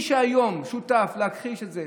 יש מי ששותף היום להכחיש את זה,